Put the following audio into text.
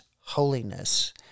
holiness